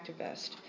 activist